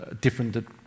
different